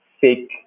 fake